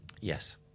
yes